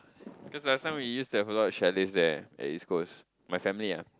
cause last time we used to have a lot of chalets there at East-Coast my family ah